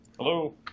Hello